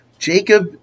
Jacob